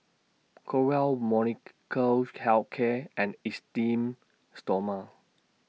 Growell Molnylcke Health Care and Esteem Stoma